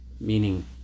meaning